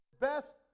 best